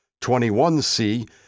21C